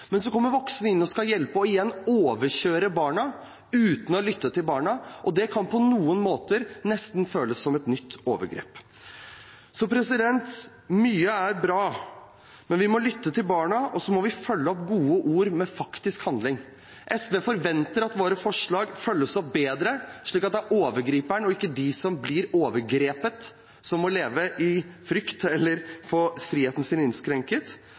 men så kommer voksne inn og skal hjelpe – og igjen overkjører barna uten å lytte til dem, og det kan på noen måter nesten føles som et nytt overgrep. Mye er bra, men vi må lytte til barna, og så må vi følge opp gode ord med faktisk handling. SV forventer at våre forslag følges opp bedre, slik at det er overgriperen og ikke de som blir utsatt for overgrep, som må leve i frykt eller få friheten sin innskrenket.